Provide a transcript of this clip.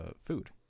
food